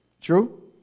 True